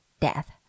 death